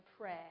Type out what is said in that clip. prayer